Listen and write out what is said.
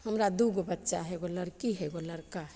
हमरा दुइगो बच्चा हइ एगो लड़की हइ एगो लड़का हइ